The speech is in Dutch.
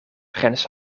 grenst